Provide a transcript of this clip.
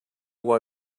why